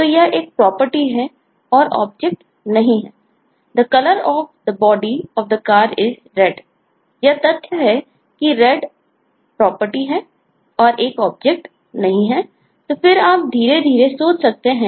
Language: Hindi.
तो यह एक प्रॉपर्टी नहीं है